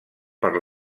per